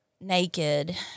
naked